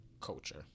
culture